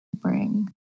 Bring